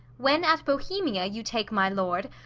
when at bohemia you take my lord,